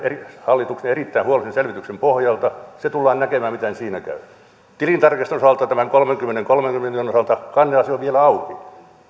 hallituksen erittäin huolellisen selvityksen pohjalta se tullaan näkemään miten siinä käy tilintarkastajien osalta tämän kolmenkymmenenkolmen miljoonan osalta kanneasia on vielä auki siis